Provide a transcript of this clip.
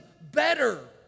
better